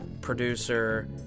producer